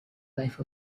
life